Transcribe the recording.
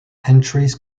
entries